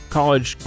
College